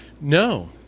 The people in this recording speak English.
No